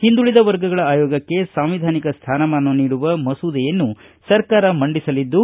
ಹಿಂದುಳಿದ ವರ್ಗಗಳ ಆಯೋಗಕ್ಕೆ ಸಾಂವಿಧಾನಿಕ ಸ್ಥಾನಮಾನ ನೀಡುವ ಮಸೂದೆಯನ್ನು ಸರ್ಕಾರ ಮಂಡಿಸಲಿದ್ದು